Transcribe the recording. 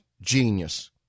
genius